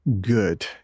good